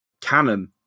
canon